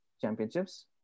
championships